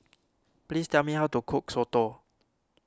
please tell me how to cook Soto